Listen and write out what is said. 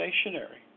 stationary